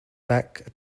back